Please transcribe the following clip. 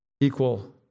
equal